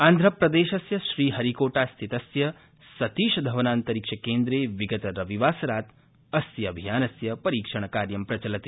आन्ध्रप्रदेशस्य श्रीहरिकोटा स्थितस्य सतीशधवनान्तरिक्षकेन्द्रे विगत रविवासरात् अस्य अभियानस्य परीक्षणकार्य प्रचलति